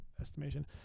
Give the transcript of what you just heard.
estimation